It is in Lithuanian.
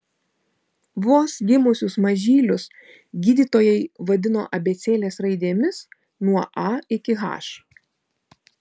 vos gimusius mažylius gydytojai vadino abėcėlės raidėmis nuo a iki h